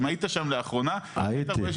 אם היית שם לאחרונה, היית רואה --- הייתי.